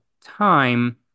time